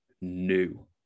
new